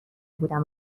بودم